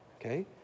okay